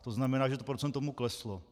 To znamená, že to procento mu kleslo.